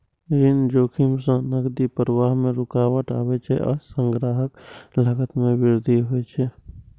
ऋण जोखिम सं नकदी प्रवाह मे रुकावट आबै छै आ संग्रहक लागत मे वृद्धि होइ छै